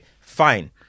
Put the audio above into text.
Fine